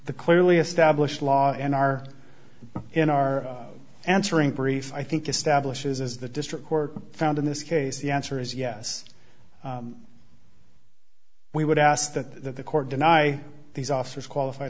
the clearly established law in our in our answering brief i think establishes as the district court found in this case the answer is yes we would ask that the court deny these officers qualified